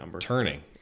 turning